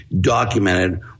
documented